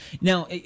Now